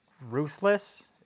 ruthless